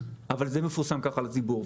אבל כך זה מפורסם לציבור,